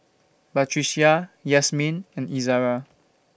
Batrisya Yasmin and Izara